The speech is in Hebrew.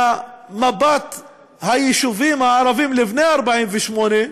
מבט ליישובים הערביים לפני 1948,